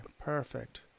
perfect